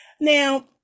Now